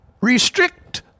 restrict